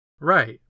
Right